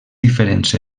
diferents